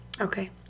Okay